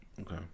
Okay